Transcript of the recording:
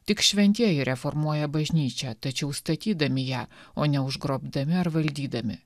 tik šventieji reformuoja bažnyčią tačiau statydami ją o neužgrobdami ar valdydami